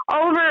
over